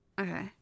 Okay